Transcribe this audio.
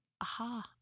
Aha